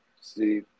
See